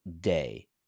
day